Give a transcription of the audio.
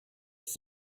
that